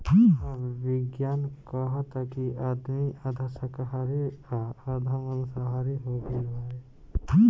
अब विज्ञान कहता कि आदमी आधा शाकाहारी आ आधा माँसाहारी हो गईल बाड़े